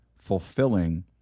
fulfilling